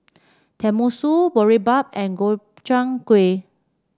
Tenmusu Boribap and Gobchang Gui